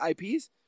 IPs